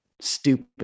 stupid